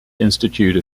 institute